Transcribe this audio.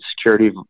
security